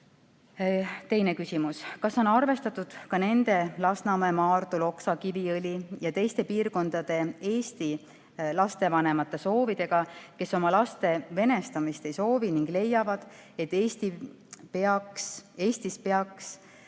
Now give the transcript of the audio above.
küsimus: "Kas on arvestatud ka nende Lasnamäe, Maardu, Loksa, Kiviõli jt piirkondade eesti lastevanemate soovidega, kes oma laste venestamist ei soovi ning leiavad, et Eestis peaks laps saama